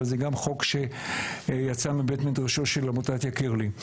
אבל זה גם חוק שיצא מבית מדרשה של עמותת יקיר לי.